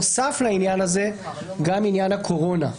נוסף לעניין הזה גם עניין הקורונה,